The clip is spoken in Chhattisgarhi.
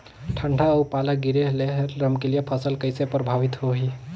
ठंडा अउ पाला गिरे ले रमकलिया फसल कइसे प्रभावित होही?